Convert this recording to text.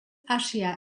asia